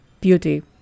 beauty